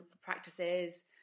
practices